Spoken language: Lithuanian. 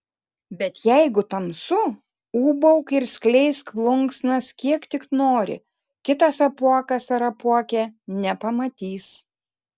bet jeigu tamsu ūbauk ir skleisk plunksnas kiek tik nori kitas apuokas ar apuokė nepamatys